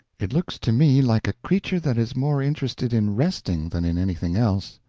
it looks to me like a creature that is more interested in resting than in anything else.